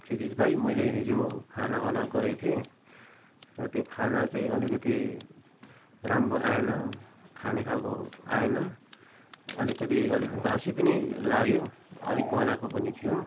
क्षितिज भाइ मैले हिजो खाना अर्डर गरेको थिएँ र त्यो खाना चाहिँ अलिकति राम्रो आएन खाने खालको आएन अलिकति अलिक बासी पनि लाग्यो अलिक गनाएको पनि थियो